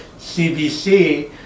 CBC